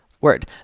word